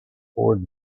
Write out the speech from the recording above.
board